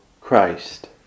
Christ